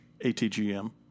ATGM